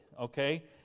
okay